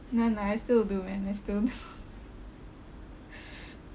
no no I still do man I still do